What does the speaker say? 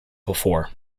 before